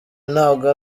ntabwo